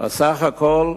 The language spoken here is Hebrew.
עשה הכול,